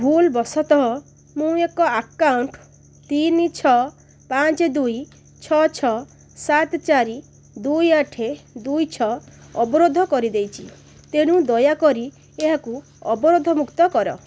ଭୁଲ ବଶତଃ ମୁଁ ଏକ ଆକାଉଣ୍ଟ ତିନି ଛଅ ପାଞ୍ଚ ଦୁଇ ଛଅ ଛଅ ସାତ ଚାରି ଦୁଇ ଆଠ ଦୁଇ ଛଅ ଅବରୋଧ କରିଦେଇଛି ତେଣୁ ଦୟାକରି ଏହାକୁ ଅବରୋଧମୁକ୍ତ କର